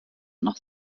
noch